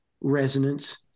resonance